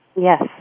Yes